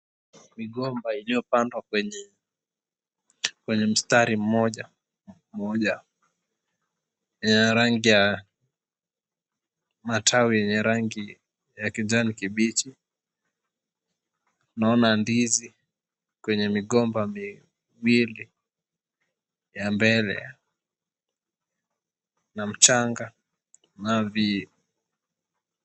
Migomba iliyopandwa kwenye mstari mmoja ina rangi ya matawi ina rangi ya kijani kibichi. Naona ndizi kwenye migomba mbili ya mbele, kuna mchanga.